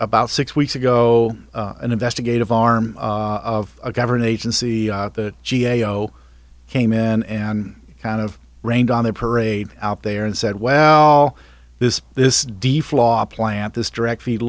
about six weeks ago an investigative arm of a government agency the g a o came in and kind of rained on their parade out there and said well this this d flaw plan at this direct feed